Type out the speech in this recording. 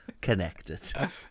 Connected